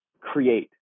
create